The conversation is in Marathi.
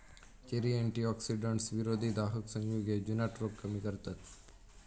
चेरी अँटीऑक्सिडंट्स, विरोधी दाहक संयुगे, जुनाट रोग कमी करतत